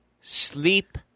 Sleep